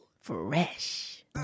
Fresh